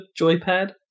joypad